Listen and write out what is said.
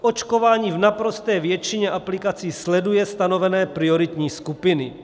Očkování v naprosté většině aplikací sleduje stanovené prioritní skupiny.